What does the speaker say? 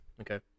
Okay